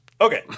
Okay